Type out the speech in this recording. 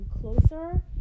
closer